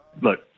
Look